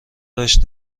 داشت